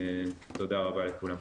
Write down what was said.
תודה רבה לכולם.